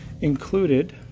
included